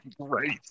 great